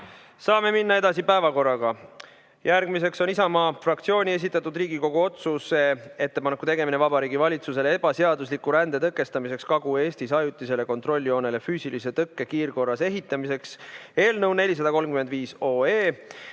Saame päevakorraga edasi minna. Järgmiseks on Isamaa fraktsiooni esitatud Riigikogu otsuse "Ettepaneku tegemine Vabariigi Valitsusele ebaseadusliku rände tõkestamiseks Kagu-Eestis ajutisele kontrolljoonele füüsilise tõkke kiirkorras ehitamiseks" eelnõu 435